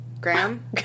Graham